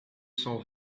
cent